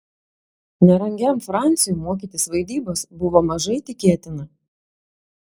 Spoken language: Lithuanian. nerangiam fransiui mokytis vaidybos buvo mažai tikėtina